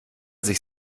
sich